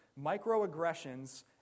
microaggressions